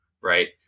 right